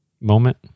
moment